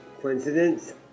coincidence